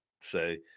say